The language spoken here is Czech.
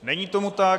Není tomu tak.